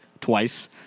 twice